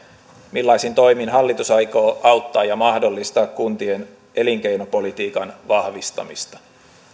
millaisin toimin hallitus aikoo auttaa ja mahdollistaa kuntien elinkeinopolitiikan vahvistamista